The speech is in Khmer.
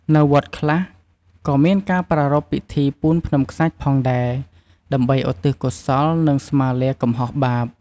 នៅវត្តខ្លះ ក៏មានការប្រារព្ធពិធីពូនភ្នំខ្សាច់ផងដែរ ដើម្បីឧទ្ទិសកុសល និងស្មាលាកំហុសបាប។